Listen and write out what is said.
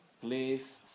Please